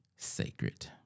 Sacred